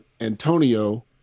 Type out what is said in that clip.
Antonio